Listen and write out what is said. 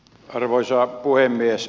arvoisa puhemies